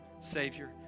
Savior